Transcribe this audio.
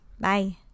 Bye